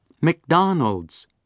McDonald's